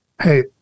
Hey